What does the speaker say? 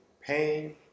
pain